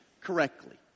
correctly